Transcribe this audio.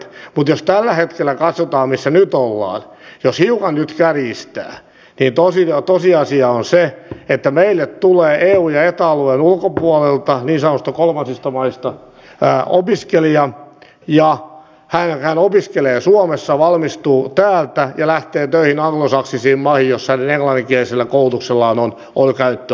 mutta jos tällä hetkellä katsotaan missä nyt ollaan ja jos hiukan nyt kärjistää niin tosiasia on se että meille tulee eu ja eta alueen ulkopuolelta niin sanotuista kolmansista maista opiskelija hän opiskelee suomessa valmistuu täältä ja lähtee töihin anglosaksisiin maihin missä hänen englanninkielisellä koulutuksellaan on käyttöarvoa